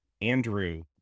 Andrew